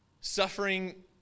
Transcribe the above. suffering